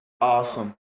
awesome